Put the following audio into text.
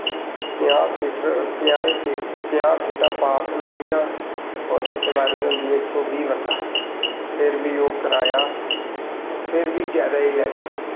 पजांह् सीटां पास न ओह्दियां ओह्दे च सवारी होंदी इक सौ बीह् बंदा फिर बी ओह् कराया फिर बी जैदा गै लैंदे